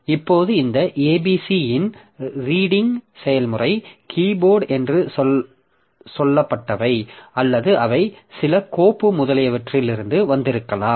இப்போது இந்த abcயின் ரீடிங் செயல்முறை கீபோர்ட் என்று சொல்லப்பட்டவை அல்லது அவை சில கோப்பு முதலியவற்றிலிருந்து வந்திருக்கலாம்